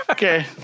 Okay